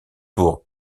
pour